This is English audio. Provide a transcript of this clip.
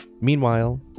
Meanwhile